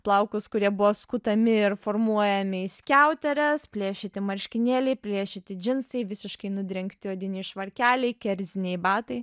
plaukus kurie buvo skutami ir formuojami į skiauteres plėšyti marškinėliai plėšyti džinsai visiškai nudrengti odiniai švarkeliai kerziniai batai